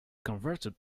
converted